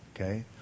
okay